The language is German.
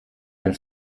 ein